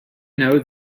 know